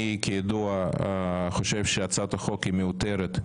אני כידוע חושב שהצעת החוק מיותרת,